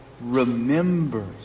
remembers